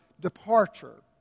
departure